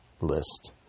list